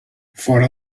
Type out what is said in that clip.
fora